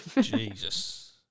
Jesus